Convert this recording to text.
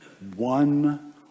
One